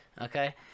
okay